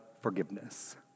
forgiveness